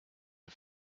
her